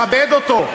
לכבד אותו.